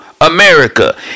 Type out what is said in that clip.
America